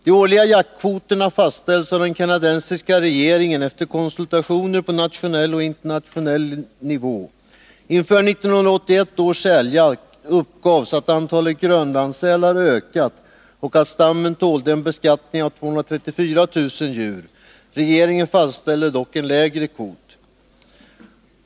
De årliga jaktkvoterna fastställs av den kanadensiska regeringen efter konsultationer på nationell och internationell nivå. Inför 1981 års säljakt uppgavs att antalet grönlandssälar ökat och att stammen tålde en beskattning av 234 000 djur. Regeringen fastställde dock en lägre kvot.